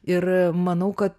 ir manau kad